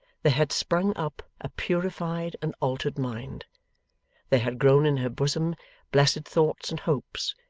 there had sprung up a purified and altered mind there had grown in her bosom blessed thoughts and hopes,